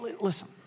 listen